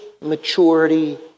maturity